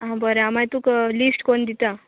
आं बोरें हांव मागीर तुका लिस्ट कोन्न दितां